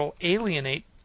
alienate